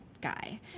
guy